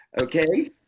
Okay